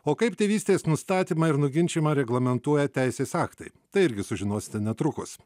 o kaip tėvystės nustatymą ir nuginčijimą reglamentuoja teisės aktai tai irgi sužinosite netrukus